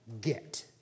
get